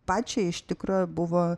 pačiai iš tikro buvo